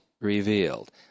revealed